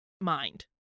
mind